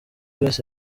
wese